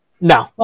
No